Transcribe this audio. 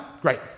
Great